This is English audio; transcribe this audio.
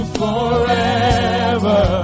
forever